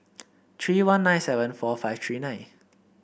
three one nine seven four five three nine